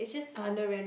oh